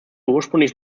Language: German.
ursprünglich